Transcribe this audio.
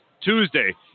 Tuesday